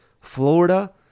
Florida